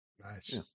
Nice